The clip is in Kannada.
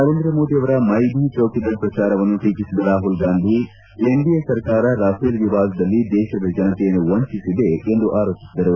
ನರೇಂದ್ರ ಮೋದಿ ಅವರ ಮೈನ್ ಭಿ ಡೋಕಿದಾರ್ ಪ್ರಚಾರವನ್ನು ಟೀಟಿದ ರಾಹುಲ್ ಗಾಂಧಿ ಎನ್ಡಿಎ ಸರ್ಕಾರ ರಫೇಲ್ ವಿವಾದದಲ್ಲಿ ದೇತದ ಜನತೆಯನ್ನು ವಂಚಿಸಿದೆ ಎಂದು ಆರೋಪಿಸಿದರು